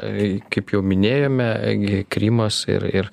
kaip jau minėjome gi krymas ir ir